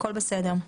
הכול בסדר.